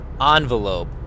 envelope